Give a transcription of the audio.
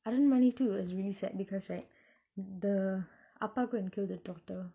aranmanai two was really sad because right the appa go and kill the daughter